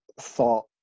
thought